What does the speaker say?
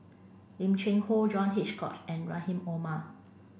Lim Cheng Hoe John Hitchcock and Rahim Omar